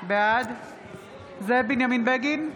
בעד זאב בנימין בגין,